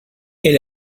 est